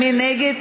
מי נגד?